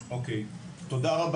תודה,